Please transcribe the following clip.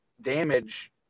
damage